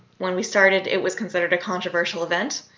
when we started it was considered a controversial event.